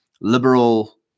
liberal